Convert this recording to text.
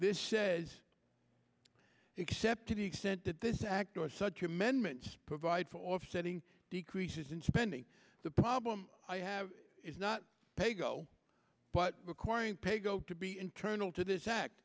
this says except to the extent that this act or such amendments provide for offsetting decreases in spending the problem i have is not paygo but requiring paygo to be internal to this act